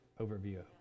overview